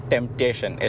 Temptation